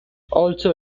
also